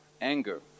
anger